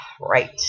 Right